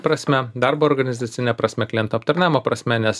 prasme darbo organizacine prasme klientų aptarnavimo prasme nes